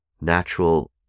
natural